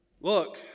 Look